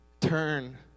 turn